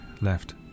left